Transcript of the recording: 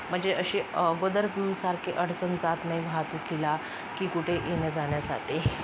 म्हणजे असे अगोदर सारखे अडचण जात नाही वाहतुकीला की कुठे येण्या जाण्यासाठी